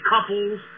couples